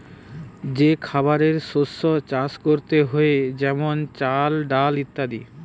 যে খাবারের শস্য চাষ করতে হয়ে যেমন চাল, ডাল ইত্যাদি